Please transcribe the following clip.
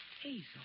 Hazel